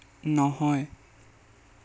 নহয়